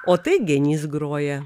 o tai genys groja